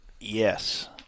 Yes